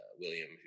William